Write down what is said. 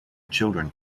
children